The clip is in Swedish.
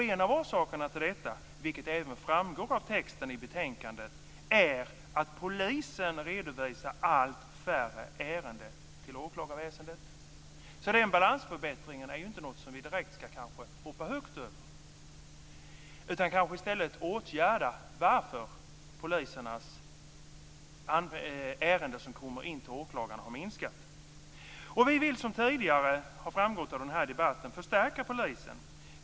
En av orsakerna till detta, vilket även framgår av texten i betänkandet, är att polisen redovisar allt färre ärenden till åklagarväsendet. Den förbättringen av balansen är inte något vi ska direkt hoppa högt över. I stället ska vi utreda varför antalet ärenden från polisen till åklagarna har minskat. Vi vill, som har framgått i den tidigare debatten, förstärka polisen.